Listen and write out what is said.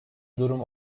durum